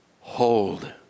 Hold